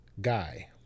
guy